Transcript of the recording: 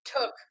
took